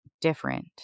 different